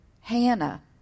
hannah